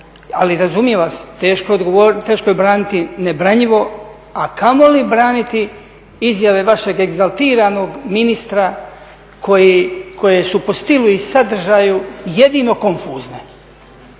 Ali razumijem vas, teško je braniti nebranjivo, a kamoli braniti izjave vašeg egzaltiranog ministra koje su po stilu i sadržaju jedino konfuzne.